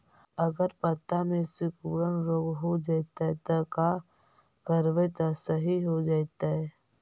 अगर पत्ता में सिकुड़न रोग हो जैतै त का करबै त सहि हो जैतै?